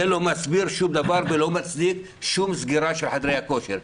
זה לא מסביר שום דבר ולא מצדיק שום סגירה של חדרי הכושר.